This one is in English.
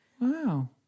Wow